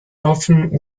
often